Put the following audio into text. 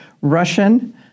Russian